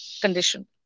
condition